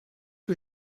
que